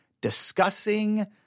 discussing